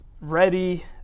ready